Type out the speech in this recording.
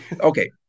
Okay